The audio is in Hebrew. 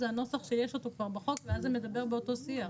זה נוסח שיש אותו כבר בחוק ואז זה מדבר באותו שיח.